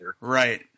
Right